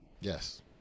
yes